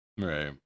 right